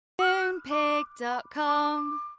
Moonpig.com